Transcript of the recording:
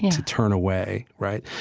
to turn away. right.